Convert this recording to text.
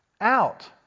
out